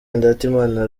ndatimana